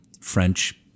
French